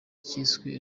cyiswe